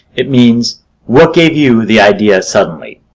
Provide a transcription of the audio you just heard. it means what gave you the idea suddenly?